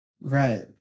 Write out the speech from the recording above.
Right